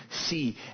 see